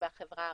בחברה הערבית.